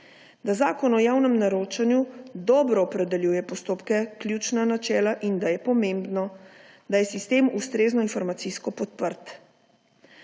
da Zakon o javnem naročanju dobro opredeljuje postopke, ključna načela in da je pomembno, da je sistem ustrezno informacijsko podprt.